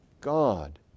God